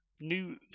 new